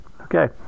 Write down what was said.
Okay